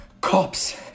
Cops